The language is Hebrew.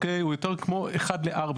הוא יותר כמו 1 ל- 4,